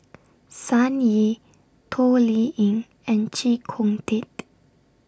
Sun Yee Toh Liying and Chee Kong Tet